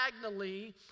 diagonally